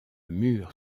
mur